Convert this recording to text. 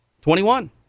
Twenty-one